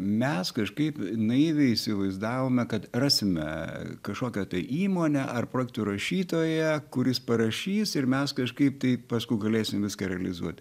mes kažkaip naiviai įsivaizdavome kad rasime kažkokią tai įmonę ar projektų rašytoją kuris parašys ir mes kažkaip tai paskui galėsim viską realizuot